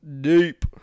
Deep